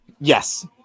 Yes